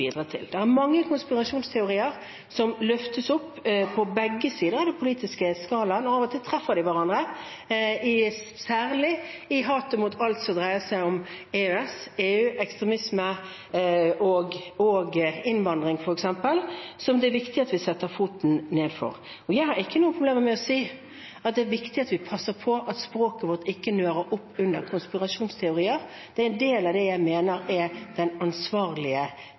til. Der er mange konspirasjonsteorier som løftes opp på begge sider av den politiske skalaen. Av og til treffer de hverandre, særlig i hatet mot alt som dreier seg om EØS, EU, ekstremisme og innvandring f.eks., som det er viktig at vi setter foten ned for. Jeg har ikke noe problem med å si at det er viktig at vi passer på at språket vårt ikke nører opp under konspirasjonsteorier. Det er en del av det jeg mener er den ansvarlige